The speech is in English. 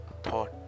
thought